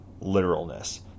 literalness